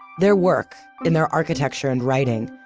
their work, and their architecture and writing,